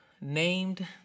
named